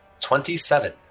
Twenty-seven